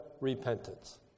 repentance